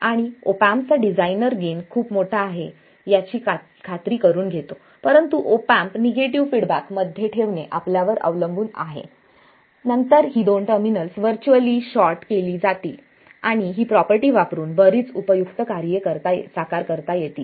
आणि op amp चा designer gain खूप मोठा आहे याची खात्री करुन घेतो परंतु ऑप एम्प निगेटिव फीडबॅक मध्ये ठेवणे आपल्यावर अवलंबून आहे नंतर ही दोन टर्मिनल्स व्हर्च्युअल शॉर्ट केली जातील आणि ही प्रॉपर्टी वापरून बरीच उपयुक्त कार्ये साकार करता येतील